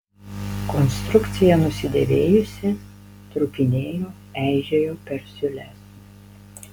konstrukcija nusidėvėjusi trūkinėjo eižėjo per siūles